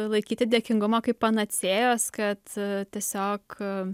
laikyti dėkingumo kaip panacėjos kad tiesiog